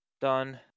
Done